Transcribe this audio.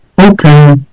Okay